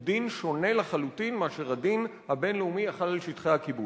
הוא דין שונה לחלוטין מאשר הדין הבין-לאומי החל על שטחי הכיבוש.